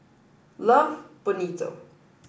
love Bonito